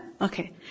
Okay